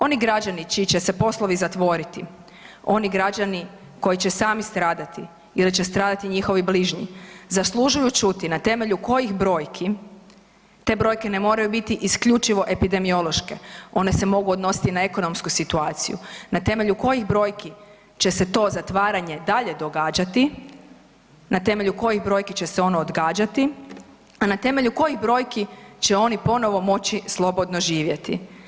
Oni građani čiji će se poslovi zatvoriti, oni građani koji će sami stradati ili će stradati njihovi bližnji zaslužuju čuti na temelju kojih brojki - te brojke ne moraju biti isključivo epidemiološke, one se mogu odnositi na ekonomsku situaciju - na temelju kojih brojki će se to zatvaranje dalje događati, na temelju kojih brojki će se ono odgađati, a na temelju kojih brojki će oni ponovno moći slobodno živjeti.